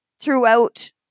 throughout